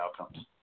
outcomes